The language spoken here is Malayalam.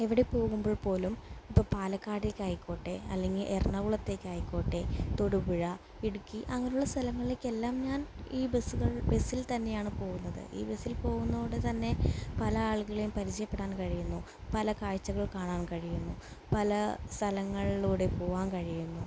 എവിടെ പോകുമ്പോൾപ്പോലും ഇപ്പോൾ പാലക്കാടേക്കായിക്കോട്ടെ അല്ലെങ്കിൽ എറണാകുളത്തേക്കായിക്കോട്ടെ തൊടുപുഴ ഇടുക്കി അങ്ങനെയുള്ള സ്ഥലങ്ങളിലേക്കെല്ലാം ഞാൻ ഈ ബസ്സുകൾ ബസ്സിൽ തന്നെയാണ് പോകുന്നത് ഈ ബസ്സിൽ പോകുന്നതുകൊണ്ടുതന്നെ പല ആളുകളേയും പരിചയപ്പെടാൻ കഴിയുന്നു പല കാഴ്ചകൾ കാണാൻ കഴിയുന്നു പല സ്ഥലങ്ങളിലൂടെ പോവാൻ കഴിയുന്നു